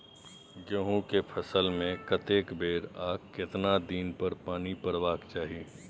गेहूं के फसल मे कतेक बेर आ केतना दिन पर पानी परबाक चाही?